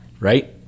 Right